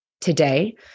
Today